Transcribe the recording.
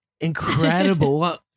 Incredible